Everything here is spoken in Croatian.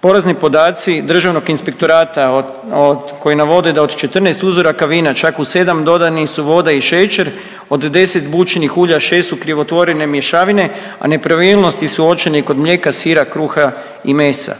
Porazni podaci Državnog inspektorata od, od, koji navode da od 14 uzoraka vina čak u 7 dodani su voda i šećer, od 10 bućinih ulja 6 su krivotvorene mješavine, a nepravilnosti su uočene i kod mlijeka, sira, kruh i mesa.